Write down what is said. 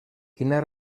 quina